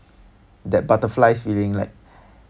that butterflies feeling like